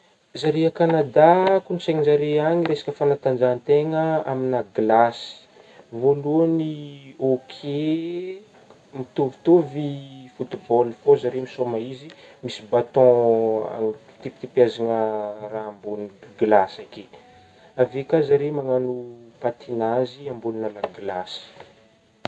Zare a Kanadà, kolotsaigna zare agny resaka fanantanjahantegna aminah glasy, voalohany hocket eh ,mitovitovy football fô, zare misôma izy misy baton ankipikipiazagna raha ambogny glasy ake, avy eo ka zare magnagno patinazy ambonogna la glasy.